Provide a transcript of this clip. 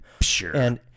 Sure